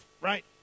right